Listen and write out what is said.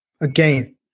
Again